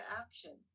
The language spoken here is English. action